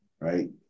right